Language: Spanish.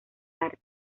arte